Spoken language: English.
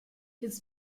his